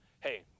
Hey